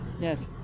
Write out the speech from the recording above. yes